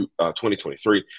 2023